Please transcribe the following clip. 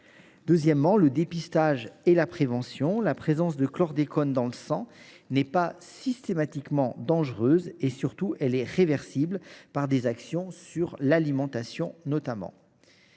porte sur le dépistage et la prévention. La présence de chlordécone dans le sang n’est pas systématiquement dangereuse et, surtout, elle est réversible par des actions portant, notamment,